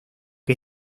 que